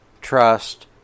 trust